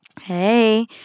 Hey